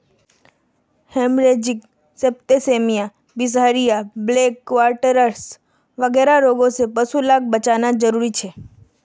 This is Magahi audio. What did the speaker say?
हेमरेजिक सेप्तिस्मिया, बीसहरिया, ब्लैक क्वार्टरस वगैरह रोगों से पशु लाक बचाना ज़रूरी छे